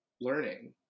learning